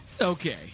Okay